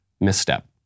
misstep